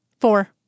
Four